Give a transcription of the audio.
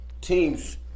teams